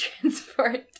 transport